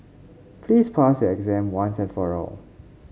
please pass your exam once and for all